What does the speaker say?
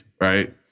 right